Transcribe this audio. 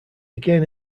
again